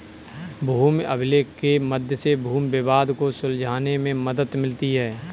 भूमि अभिलेख के मध्य से भूमि विवाद को सुलझाने में मदद मिलती है